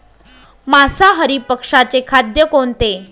मांसाहारी पक्ष्याचे खाद्य कोणते?